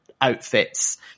outfits